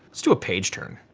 let's do a page turn.